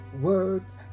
words